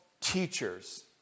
teachers